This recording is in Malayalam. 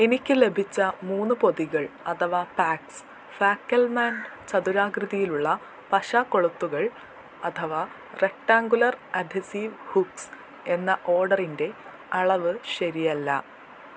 എനിക്ക് ലഭിച്ച മൂന്ന് പൊതികൾ അഥവാ പാക്സ് ഫാക്കൽമാൻ ചതുരാകൃതിയിലുള്ള പശ കൊളുത്തുകൾ അഥവാ റെക്ടാംഗുലർ അധിസിവ് ഹുക്സ് എന്ന ഓർഡറിന്റെ അളവ് ശരിയല്ല